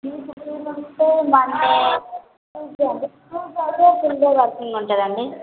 ఉంటుందండి